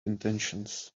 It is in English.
intentions